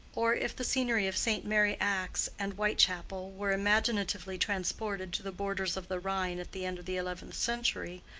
or if the scenery of st. mary axe and whitechapel were imaginatively transported to the borders of the rhine at the end of the eleventh century,